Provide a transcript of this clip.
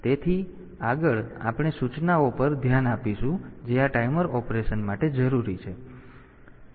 તેથી આગળ આપણે સૂચનાઓ પર ધ્યાન આપીશું જે આ ટાઈમર ઓપરેશન માટે જરૂરી છે